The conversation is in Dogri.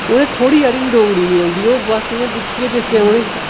उ'नेंगी थोड़ी हारी बी डोगरी नेईं औंदी ओह् बस इ'यां दिक्खियै जिसलै उ'नेंगी